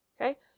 Okay